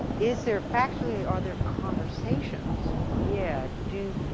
is there factually, are there conversations? yeah, do,